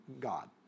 God